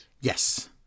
Yes